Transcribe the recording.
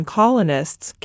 colonists